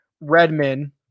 Redman